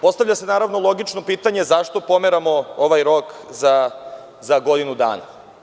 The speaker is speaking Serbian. Postavlja se logično pitanje – zašto pomeramo ovaj rok za godinu dana?